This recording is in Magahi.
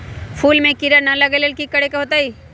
फूल में किरा ना लगे ओ लेल कि करे के होतई?